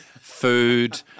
food